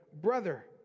brother